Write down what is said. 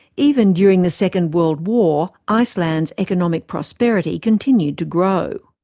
even during the second world war, iceland's economic prosperity continued to grow.